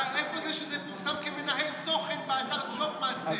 איפה זה שזה פורסם כמנהל תוכן באתר ג'וב מאסטר?